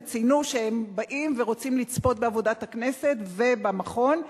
וציינו שהם באים ורוצים לצפות בעבודת הכנסת ובמכון,